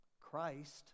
christ